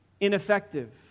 ineffective